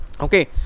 Okay